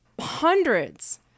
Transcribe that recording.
hundreds